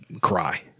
cry